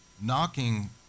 knocking